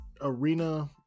arena